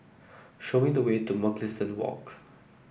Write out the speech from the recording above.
show me the way to Mugliston Walk